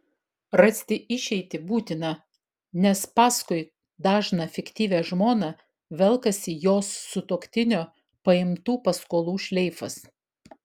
rasti išeitį būtina nes paskui dažną fiktyvią žmoną velkasi jos sutuoktinio paimtų paskolų šleifas